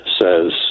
says